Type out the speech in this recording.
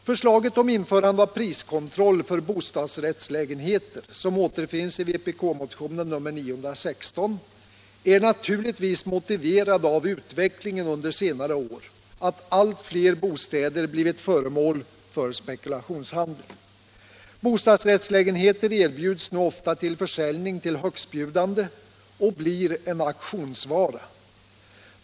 Förslaget om införande-av priskontroll för bostadsrättslägenheter som återfinns i vpk-motionen 916 är naturligtvis motiverat av utvecklingen under senare år, att allt flera bostäder blivit föremål för spekulationshandel. Bostadsrättslägenheter erbjuds nu ofta till försäljning till högstbjudande och blir en auktionsvara.